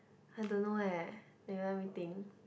I don't know eh wait let me think